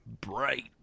bright